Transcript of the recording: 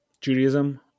Judaism